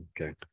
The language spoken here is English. Okay